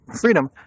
freedom